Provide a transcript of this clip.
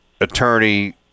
attorney